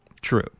True